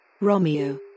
Romeo